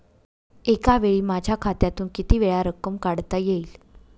एकावेळी माझ्या खात्यातून कितीवेळा रक्कम काढता येईल?